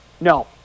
No